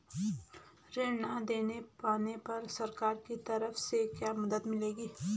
ऋण न दें पाने पर सरकार की तरफ से क्या मदद मिलेगी?